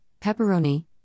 pepperoni